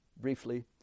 briefly